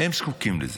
הם זקוקים לזה.